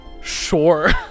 Sure